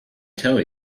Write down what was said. tell